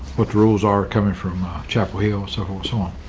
what rules are coming from chapel hill, so hold so on.